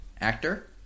actor